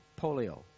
polio